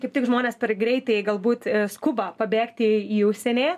kaip tik žmonės per greitai galbūt skuba pabėgti į užsienį